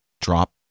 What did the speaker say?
drop